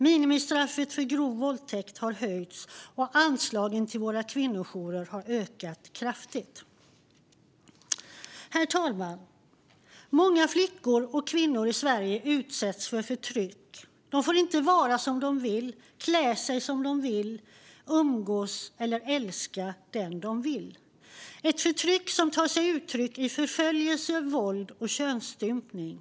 Minimistraffet för grov våldtäkt har höjts, och anslagen till kvinnojourerna har ökat kraftigt. Herr talman! Många flickor och kvinnor i Sverige utsätts för förtryck. De får inte vara som de vill, klä sig som de vill, umgås med vilka de vill eller älska den de vill. Det är ett förtryck som tar sig uttryck i förföljelse, våld och könsstympning.